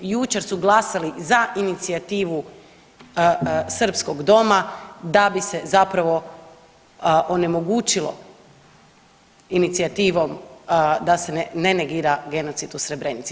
Jučer su glasali za inicijativu Srpskog doma da bi se zapravo onemogućilo inicijativom da se ne negira genocid u Srebrenici.